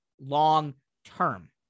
long-term